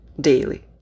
daily